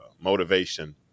motivation